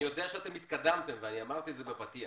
אני יודע שהתקדמתם, אמרתי את זה בפתיח,